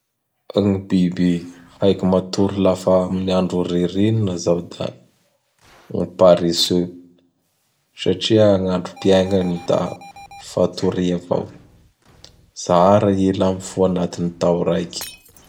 Gny biby haiko matory lafa amin'ny andro ririnina izao da gn Paresseux satria ny androm-piainany da fatoria avao. Zara i la mifoha anatin'ny tao raiky.